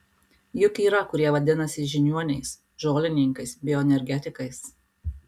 juk yra kurie vadinasi žiniuoniais žolininkais bioenergetikais